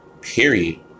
period